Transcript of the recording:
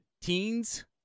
teens